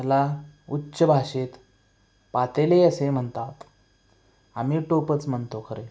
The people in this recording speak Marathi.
मला उच्च भाषेत पातेले असे म्हणतात आम्ही टोपच म्हणतो खरे